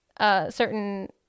certain